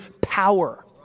power